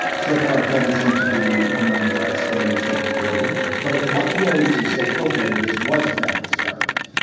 so far, it doesn't seem to be huge exponential growth. but at what point to say, ok. this was a failed experiment?